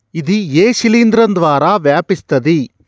ఇది ఏ శిలింద్రం ద్వారా వ్యాపిస్తది?